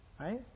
right